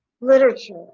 literature